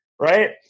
right